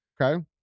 Okay